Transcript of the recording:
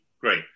great